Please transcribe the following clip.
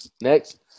Next